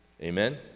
Amen